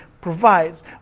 provides